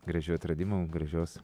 gražių atradimų gražios